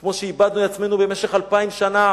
כמו שאיבדנו את עצמנו במשך אלפיים שנה,